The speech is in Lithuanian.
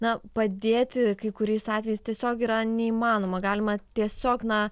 na padėti kai kuriais atvejais tiesiog yra neįmanoma galima tiesiog na